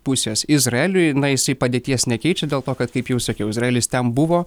pusės izraeliui na jisai padėties nekeičia dėl to kad kaip jau sakiau izraelis ten buvo